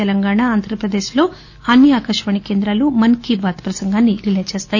తెలంగాణ ఆంధ్రప్రదేశ్ లలో అన్ని ఆకాశవాణి కేంద్రాలు మన్ కీ బాత్ రిలే చేస్తాయి